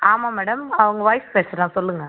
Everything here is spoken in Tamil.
ஆமாம் மேடம் அவங்க ஒய்ஃப் பேசுகிறேன் சொல்லுங்கள்